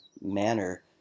manner